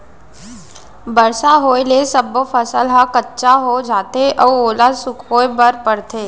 बरसा होए ले सब्बो फसल ह कच्चा हो जाथे अउ ओला सुखोए बर परथे